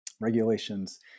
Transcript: regulations